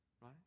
Right